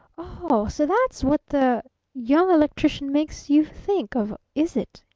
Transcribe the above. oh-ho so that's what the young electrician makes you think of, is it?